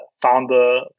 founder